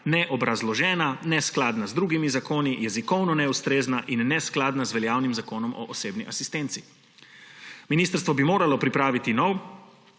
neobrazložena, neskladna z drugimi zakoni, jezikovno neustrezna in neskladna z veljavnim Zakonom o osebni asistenci. Ministrstvo bi moralo pripraviti nov,